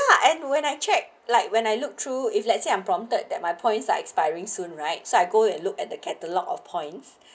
ah and when I check like when I look through if let's say I'm prompted that my points are expiring soon right so I go and look at the catalogue of points